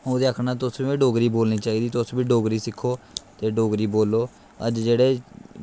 अं'ऊ चाह्ना कि तुसें बी डोगरी बोलनी चाहिदी तुस बी डोगरी सिक्खो ते डोगरी बोलो अज्ज जेह्ड़े